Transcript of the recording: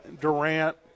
Durant